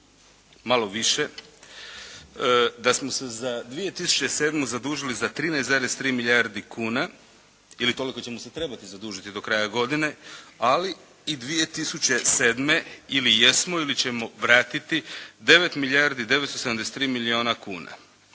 malo više da smo se za 2007. zadužili za 13,3 milijardi kuna ili toliko ćemo se trebati zadužiti do kraja godine, ali i 2007. ili jesmo ili ćemo vratiti 9 milijardi 973 milijuna kuna